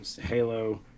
Halo